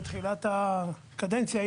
בתחילת הקדנציה,